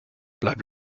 bleib